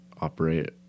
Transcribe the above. operate